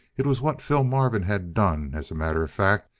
it was what phil marvin had done, as a matter of fact.